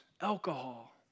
alcohol